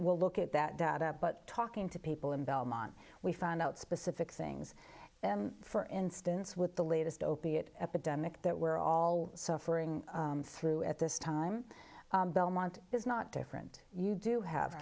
we'll look at that data but talking to people in belmont we found out specific things for instance with the latest opiate epidemic that we're all suffering through at this time belmont is not different you do have